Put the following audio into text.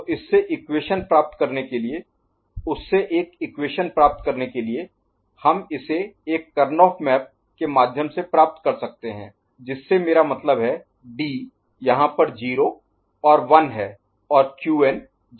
तो इससे इक्वेशन प्राप्त करने के लिए उससे एक इक्वेशन प्राप्त करने के लिए हम इसे एक करनौह मैप के माध्यम से प्राप्त कर सकते हैं जिससे मेरा मतलब है डी यहां पर 0 और 1 है और Qn 0 और 1 है